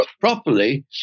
properly